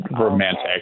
romantic